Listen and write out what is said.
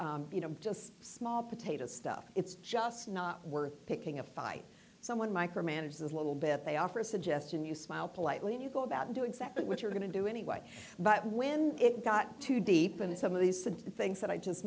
is just small potatoes stuff it's just not worth picking a fight someone micro manages a little bit they offer a suggestion you smile politely and you go about do exactly what you're going to do anyway but when it got too deep in some of these things that i just